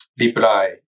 reply